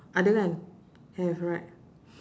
ada kan have right